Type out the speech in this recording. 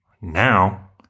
now